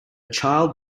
child